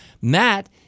Matt